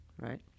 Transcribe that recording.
right